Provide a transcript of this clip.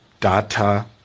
data